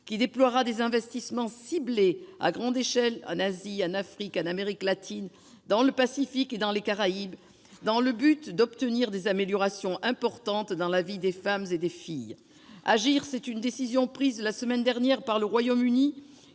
qui déploiera des investissements ciblés à grande échelle en Asie, en Afrique, en Amérique latine, dans le Pacifique et dans les Caraïbes, avec pour objectif d'obtenir des améliorations importantes dans la vie des femmes et des filles. Agir, c'est une décision prise la semaine dernière par le Royaume-Uni,